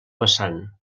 vessant